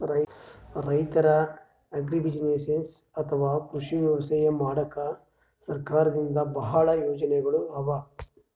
ರೈತರ್ ಅಗ್ರಿಬುಸಿನೆಸ್ಸ್ ಅಥವಾ ಕೃಷಿ ವ್ಯವಸಾಯ ಮಾಡಕ್ಕಾ ಸರ್ಕಾರದಿಂದಾ ಭಾಳ್ ಯೋಜನೆಗೊಳ್ ಅವಾ